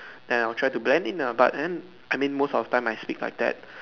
then I'll try to blend it lah but then I mean most of the time I speak like that